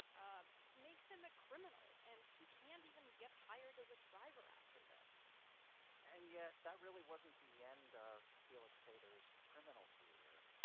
um makes him a criminal. and he can't even get hired as a driver after this and yet that really wasn't the end of felix sater's criminal career